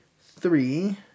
three